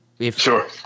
Sure